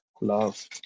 Love